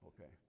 Okay